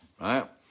right